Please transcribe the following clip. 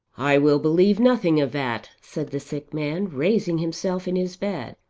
i will believe nothing of that, said the sick man raising himself in his bed.